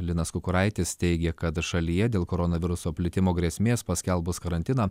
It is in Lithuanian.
linas kukuraitis teigė kad šalyje dėl koronaviruso plitimo grėsmės paskelbus karantiną